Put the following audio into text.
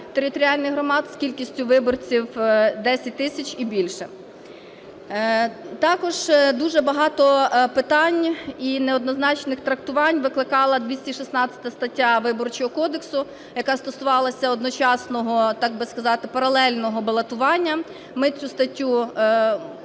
територіальних громад з кількістю виборців 10 тисяч і більше. Також дуже багато питань і неоднозначних трактувань викликала 216 стаття Виборчого кодексу, яка стосувалася одночасного, так би сказати, паралельного балотування. Ми цю статтю